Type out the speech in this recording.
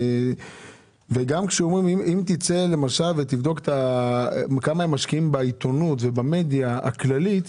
וגם כשאומרים: אם תצא ותבדוק כמה הם משקיעים בעיתונות ובמדיה הכללית,